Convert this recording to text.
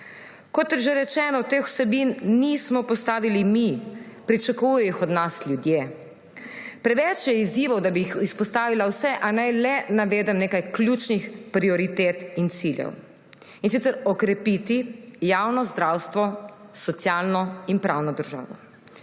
Kot že rečeno, teh vsebin nismo postavili mi, pričakujejo jih od nas ljudje. Preveč je izzivov, da bi izpostavila vse, a naj le navedem nekaj ključnih prioritet in ciljev. In sicer: okrepiti javno zdravstvo, socialno in pravno državo;